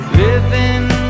living